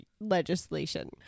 legislation